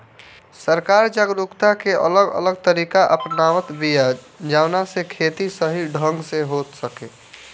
सरकार जागरूकता के अलग अलग तरीका अपनावत बिया जवना से खेती सही ढंग से हो सके